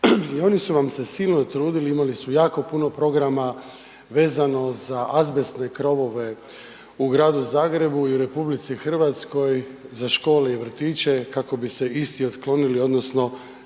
i oni su vas se silno trudili, imali su jako puno programa vezano za azbestne krovove u Gradu Zagrebu i u RH za škole i vrtiće kako bi se isti otklonili odnosno